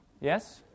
Yes